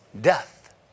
death